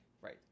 Right